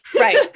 right